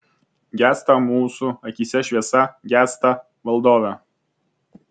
gęsta mūsų akyse šviesa gęsta valdove